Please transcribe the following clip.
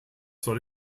soll